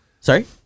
Sorry